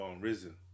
Risen